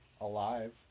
alive